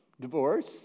divorce